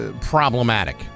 problematic